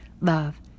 love